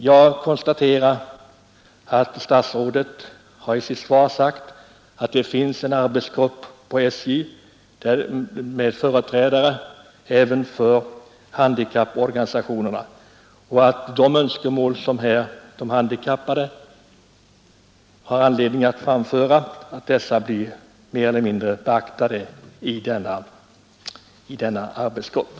Jag konstaterar att statsrådet i sitt svar nämner att SJ har en särskild arbetsgrupp med företrädare även för handikapporganisationerna, där önskemål som de handikappade har anledning att framföra i större eller mindre utsträckning tas upp till beaktande.